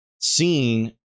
seen